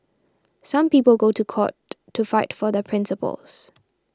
some people go to court to fight for their principles